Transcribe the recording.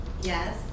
Yes